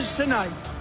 tonight